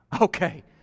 Okay